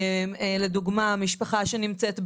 לדוגמה משפחה שנמצאת בחו"ל,